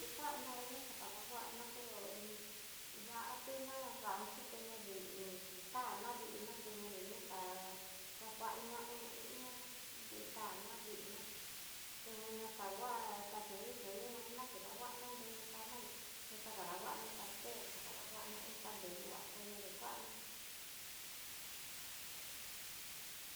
Nim kuana xa kadahuana ko ni ihá atunná rancho teña vi'i tana vidná ta ñedinika dakuaña i ihá, nritana vidná tungui ná xa huá xaxhini kuini veená kedahuan nreyú kana yá kuxa kadahuana pastel xakadahuana inga deyu a té ña dekuana.